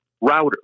router